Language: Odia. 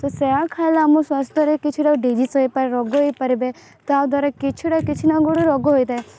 ତ ସେୟା ଖାଇଲେ ଆମ ସ୍ୱାସ୍ଥ୍ୟରେ କିଛି ଟା ଡିଜିଜ ହେଇପାରେ ରୋଗ ହେଇପାରିବେ ତା ଦ୍ୱାରା କିଛି ଟା କିଛି ନା ଗୋଟେ ରୋଗ ହେଇଥାଏ